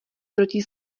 proti